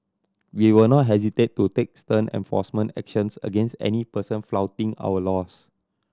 we will not hesitate to take stern enforcement actions against any person flouting our laws